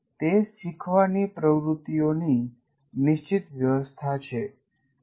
તે શીખવાની પ્રવૃત્તિઓની નિશ્ચિત વ્યવસ્થા છે